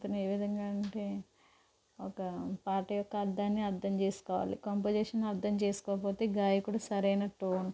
అతను ఏ విధంగా అంటే ఒకా పాట యొక్క అర్థాన్ని అర్థం చేసుకోవాలి కంపొజిషన్ను అర్థం చేసుకోకపోతే గాయకుడు సరైన టోన్